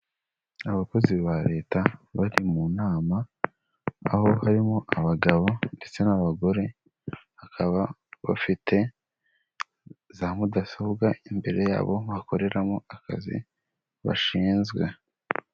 Abakozi ba Leta bari mu nama, aho harimo abagabo ndetse n'abagore, bakaba bafite za mudasobwa imbere yabo bakoreramo akazi bashinzwe.